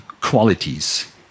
qualities